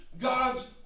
God's